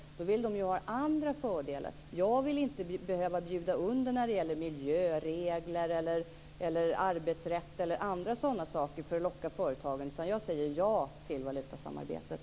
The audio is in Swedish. De vill då ha andra fördelar. Jag vill inte behöva bjuda under när det gäller miljöregler, arbetsrätt eller andra sådana saker för att locka företagen, utan jag säger ja till valutasamarbetet.